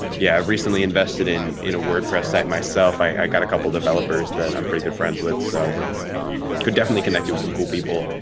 yeah recently invested in in a wordpress site myself, i got a couple developers that i'm pretty good friends with. so i could definitely connect you with some cool people.